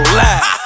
laugh